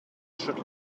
should